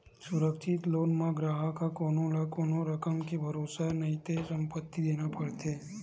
सुरक्छित लोन म गराहक ह कोनो न कोनो रकम के भरोसा नइते संपत्ति देना परथे